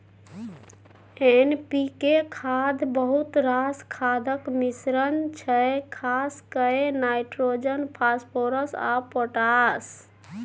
NPK खाद बहुत रास खादक मिश्रण छै खास कए नाइट्रोजन, फास्फोरस आ पोटाश